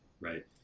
right